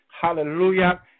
hallelujah